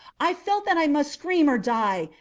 i felt that i must scream or die!